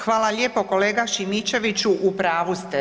Hvala lijepa kolega Šimičeviću, u pravu ste.